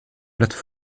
plates